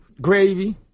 gravy